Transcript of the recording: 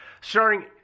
Starring